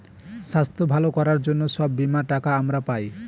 স্বাস্থ্য ভালো করার জন্য সব বীমার টাকা আমরা পায়